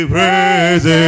Praise